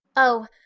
oh.